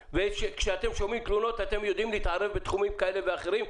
כשאתם שומעים תלונות אתם יודעים להתערב בתחומים כאלה ואחרים.